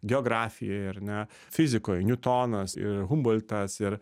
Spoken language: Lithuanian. geografijoj ar ne fizikoj niutonas ir humboltas ir